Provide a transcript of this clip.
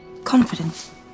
Confidence